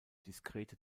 diskrete